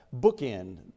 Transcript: bookend